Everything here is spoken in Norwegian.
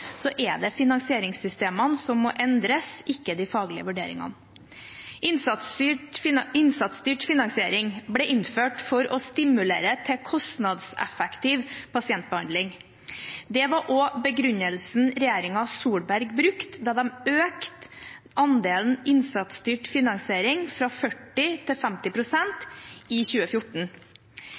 så er det finansieringssystemene som må endres, ikke de faglige vurderingene. Innsatsstyrt finansiering ble innført for å stimulere til kostnadseffektiv pasientbehandling. Det var også begrunnelsen regjeringen Solberg brukte da den økte andelen innsatsstyrt finansiering fra 40 til 50 pst. i 2014.